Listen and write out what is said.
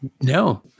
No